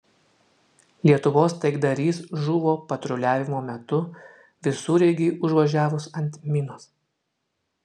lietuvos taikdarys žuvo patruliavimo metu visureigiui užvažiavus ant minos